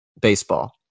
baseball